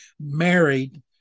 married